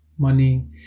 Money